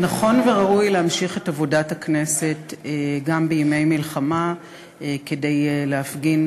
נכון וראוי להמשיך את עבודת הכנסת גם בימי מלחמה כדי להפגין